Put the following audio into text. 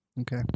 Okay